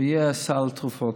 יהיה סל תרופות.